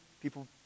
People